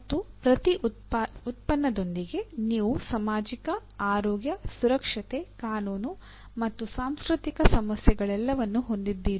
ಮತ್ತು ಪ್ರತಿ ಉತ್ಪನ್ನದೊಂದಿಗೆ ನೀವು ಸಾಮಾಜಿಕ ಆರೋಗ್ಯ ಸುರಕ್ಷತೆ ಕಾನೂನು ಮತ್ತು ಸಾಂಸ್ಕೃತಿಕ ಸಮಸ್ಯೆಗಳೆಲ್ಲವನ್ನೂ ಹೊಂದಿದ್ದೀರಿ